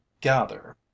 gather